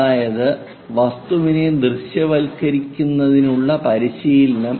അതായത് വസ്തുവിനെ ദൃശ്യവൽക്കരിക്കുന്നതിനുള്ള പരിശീലനം